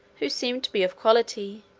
who seemed to be of quality